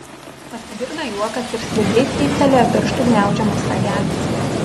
pasigirdo juokas ir slidžiai cyptelėjo pirštų gniaužiamas ragelis